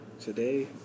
Today